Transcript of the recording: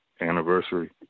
anniversary